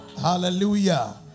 hallelujah